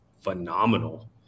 phenomenal